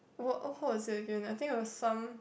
what hall is it again I think there are some